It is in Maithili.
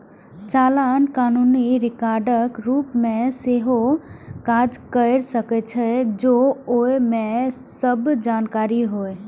चालान कानूनी रिकॉर्डक रूप मे सेहो काज कैर सकै छै, जौं ओइ मे सब जानकारी होय